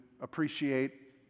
appreciate